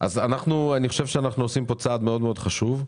אני חושב שאנחנו עושים כאן צעד מאוד מאוד חשוב.